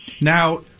Now